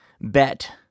bet